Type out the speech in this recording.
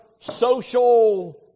social